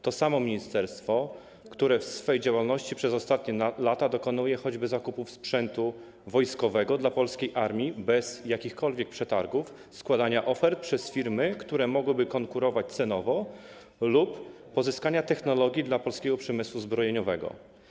To samo ministerstwo, które w swojej działalności przez ostatnie lata dokonuje choćby zakupów sprzętu wojskowego dla polskiej armii bez jakichkolwiek przetargów, składa oferty przez firmy, które mogłyby konkurować cenowo, lub pozyskuje technologię dla polskiego przemysłu zbrojeniowego.